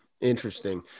Interesting